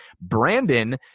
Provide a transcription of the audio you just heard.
Brandon